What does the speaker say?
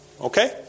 Okay